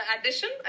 addition